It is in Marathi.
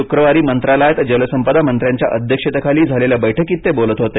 शुक्रवारी मंत्रालयात जलसंपदा मंत्र्यांच्या अध्यक्षतेखाली झालेल्या बैठकीत ते बोलत होते